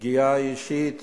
פגיעה אישית